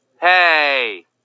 Hey